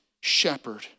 shepherd